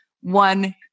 one-